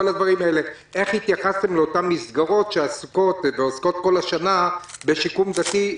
איך התייחסתם לאותן מסגרות שעוסקות כל השנה בשיקום דתי?